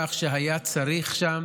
כך שהיה צריך שם